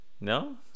No